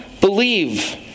believe